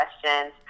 questions